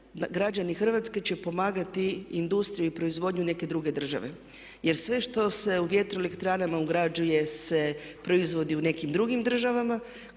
građani Hrvatske će pomagati industriju i proizvodnju neke druge države jer sve što se u vjetroelektranama ugrađuje se proizvodi u nekim drugim državama.